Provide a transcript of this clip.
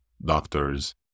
doctors